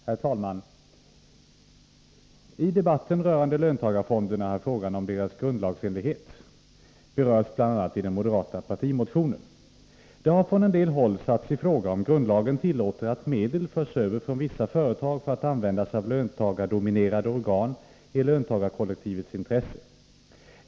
Herr talman! I debatten rörande löntagarfonderna har frågan om dessas grundlagsenlighet berörts bl.a. i den moderata partimotionen. Det har ju från en del håll satts i fråga om grundlagen tillåter att medel förs över från vissa företag för att användas av löntagardominerade organ i löntagarkollektivets intresse.